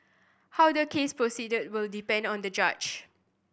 how the case proceed will depend on the judge